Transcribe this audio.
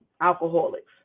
alcoholics